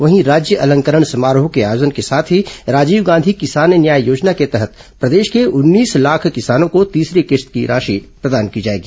वहीं राज्य अलंकरण समारोह के आयोजन के साथ ही राजीव गांधी किसान न्याय योजना के तहत प्रदेश के उन्नीस लाख किसानों को तीसरी किश्त की राशि प्रदान की जाएगी